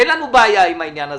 אין לנו בעיה עם העניין הזה.